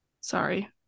sorry